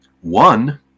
One